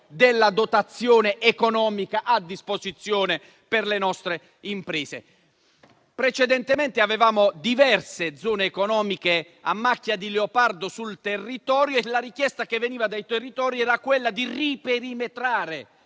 della dotazione economica a disposizione per le nostre imprese. Precedentemente, vi erano diverse zone economiche distribuite a macchia di leopardo sul territorio e la richiesta che veniva dai territori era di riperimetrare,